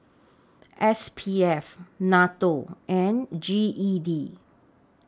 S P F NATO and G E D